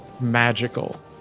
magical